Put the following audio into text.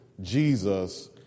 Jesus